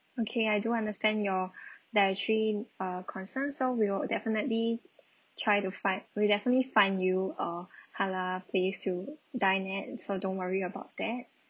okay I do understand your dietary err concern so we will definitely try to find we definitely find you a halal place to dine at and so don't worry about that